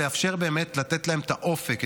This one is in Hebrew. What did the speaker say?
לאפשר ולתת להם את האופק,